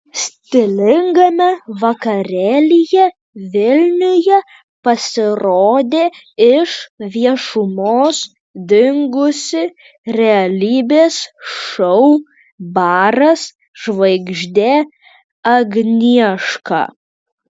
stilingame vakarėlyje vilniuje pasirodė iš viešumos dingusi realybės šou baras žvaigždė agnieška